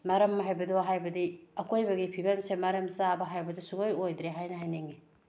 ꯃꯔꯝ ꯍꯥꯏꯕꯗꯣ ꯍꯥꯏꯕꯗꯤ ꯑꯀꯣꯏꯕꯒꯤ ꯐꯤꯕꯝꯁꯦ ꯃꯔꯝ ꯆꯥꯕ ꯍꯥꯏꯕꯗꯣ ꯁꯨꯡꯑꯣꯏ ꯑꯣꯏꯗ꯭ꯔꯦ ꯍꯥꯏꯅ ꯍꯥꯏꯅꯤꯡꯉꯤ